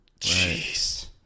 Jeez